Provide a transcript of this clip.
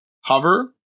hover